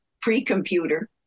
Pre-computer